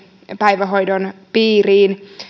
päivähoidon piiriin